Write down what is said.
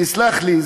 תסלח לי,